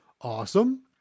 awesome